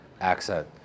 accent